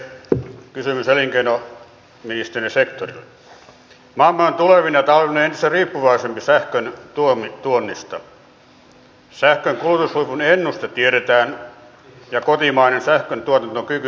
eli tosiaan niin kuin sanoin luvata ei voi mutta ehdottomasti kannattaa kaikkea mahdollista nyt meidän olla valmiita selvittämään